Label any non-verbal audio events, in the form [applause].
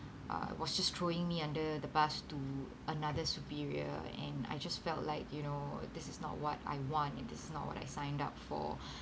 uh was just throwing me under the bus to another superior and I just felt like you know this is not what I want and this not what I signed up for [breath]